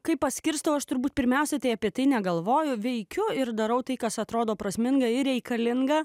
kai paskirstau aš turbūt pirmiausia tai apie tai negalvoju veikiu ir darau tai kas atrodo prasminga ir reikalinga